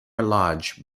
lodge